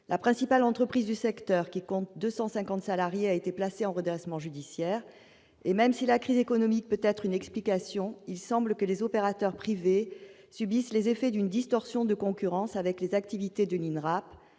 La principale entreprise du secteur, laquelle compte 250 salariés, a été placée en redressement judiciaire. Certes, la crise économique peut constituer une explication, mais il semble également que les opérateurs privés subissent les effets d'une distorsion de concurrence avec les activités de l'Institut